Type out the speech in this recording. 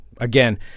Again